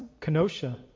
Kenosha